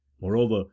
moreover